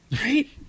Right